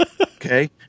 Okay